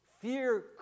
Fear